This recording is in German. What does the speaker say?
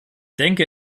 denke